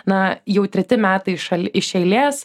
na jau treti metai šal iš eilės